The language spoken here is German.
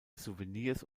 souvenirs